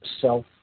self